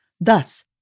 Thus